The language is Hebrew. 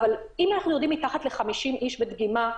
אם אנחנו יורדים מתחת ל-50 איש בדגימה,